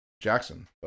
Jackson